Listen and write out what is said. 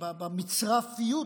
במצרפיות